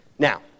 Now